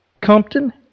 Compton